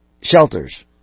shelters